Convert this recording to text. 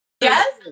Yes